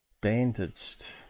bandaged